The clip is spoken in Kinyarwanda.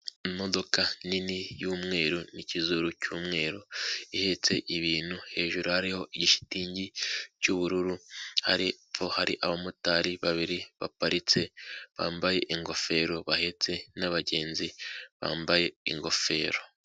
Imodoka nini y'umweru n'ikizuru cy'umweru ihetse ibintu hejuru hariho igishitingi cy'ubururu, hari epfo hari abamotari babiri baparitse bambaye ingofero bahetse n'abagenzi bambaye ingofero.